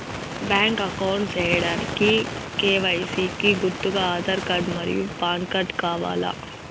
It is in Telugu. బ్యాంక్ అకౌంట్ సేయడానికి కె.వై.సి కి గుర్తుగా ఆధార్ కార్డ్ మరియు పాన్ కార్డ్ కావాలా?